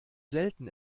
selten